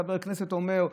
שחבר כנסת אומר,